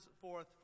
forth